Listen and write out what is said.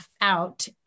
out